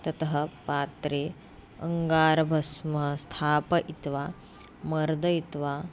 ततः पात्रे अङ्गारभस्म स्थापयित्वा मर्दयित्वा